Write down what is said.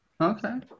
Okay